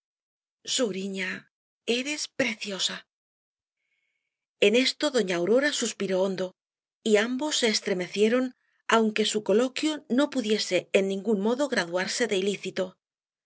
su admiración así suriña eres preciosa en esto doña aurora suspiró hondo y ambos se estremecieron aunque su coloquio no pudiese en ningún modo graduarse de ilícito